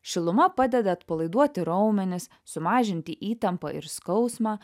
šiluma padeda atpalaiduoti raumenis sumažinti įtampą ir skausmą